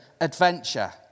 adventure